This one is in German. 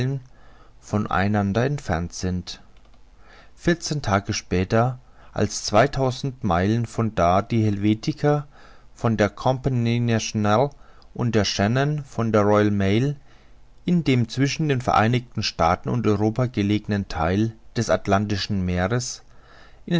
von einander entfernt sind vierzehn tage später als zweitausend meilen von da die helvetia von der company nationale und der schannon von der royal mail in dem zwischen den vereinigten staaten und europa gelegenen theil des atlantischen meeres